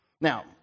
Now